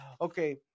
Okay